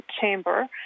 chamber